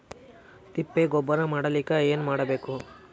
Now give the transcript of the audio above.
ತಿಪ್ಪೆ ಗೊಬ್ಬರ ಮಾಡಲಿಕ ಏನ್ ಮಾಡಬೇಕು?